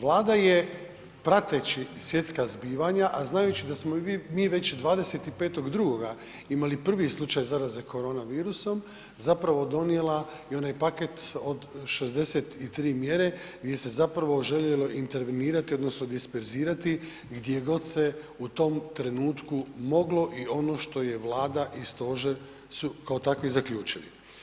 Vlada je prateći svjetska zbivanja, a znajući da smo mi već 25.2. imali prvi slučaj zaraze korona virusom zapravo donijela i onaj paket od 63 mjere gdje se zapravo željelo intervenirati odnosno disperzirati gdje god se u tom trenutku moglo i ono što je Vlada i stožer su kao takvi zaključili.